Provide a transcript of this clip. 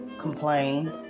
complain